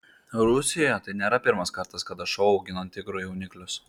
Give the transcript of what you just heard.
rusijoje tai nėra pirmas kartas kada šuo augina tigrų jauniklius